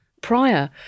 prior